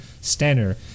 Stanner